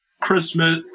christmas